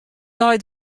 dei